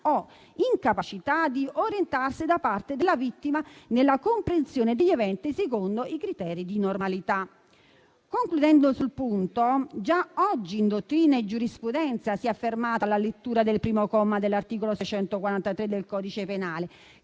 o incapacità di orientarsi da parte della vittima nella comprensione degli eventi, secondo i criteri di normalità. Concludendo sul punto, già oggi in dottrina e giurisprudenza si è affermata la lettura del primo comma dell'articolo 643 del codice penale,